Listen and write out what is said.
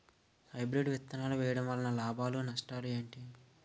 Hybrid విత్తనాలు వేయటం వలన లాభాలు నష్టాలు ఏంటి?